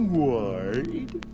wide